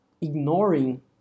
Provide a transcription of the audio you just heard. ignoring